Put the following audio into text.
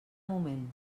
moment